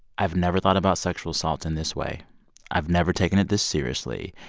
i've never thought about sexual assault in this way i've never taken it this seriously.